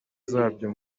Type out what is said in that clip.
zabyo